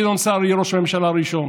שגדעון סער יהיה ראש הממשלה הראשון.